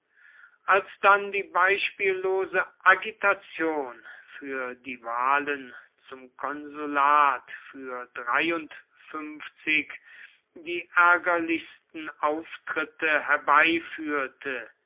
als dann die beispiellose agitation für die wahlen zum konsulat für die ärgerlichsten auftritte herbeiführte